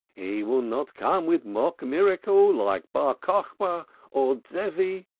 he will not come with mock miracle like bar cochba or zevi.